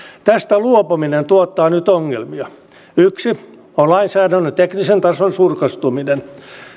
tästä luopuminen tuottaa nyt ongelmia yksi on lainsäädännön teknisen tason surkastuminen